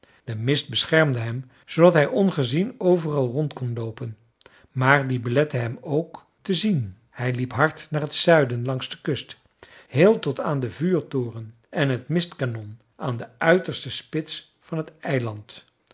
de mist beschermde hem zoodat hij ongezien overal rond kon loopen maar die belette hem ook te zien hij liep hard naar het zuiden langs de kust heel tot aan den vuurtoren en het mistkanon aan de uiterste spits van het eiland